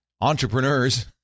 Entrepreneurs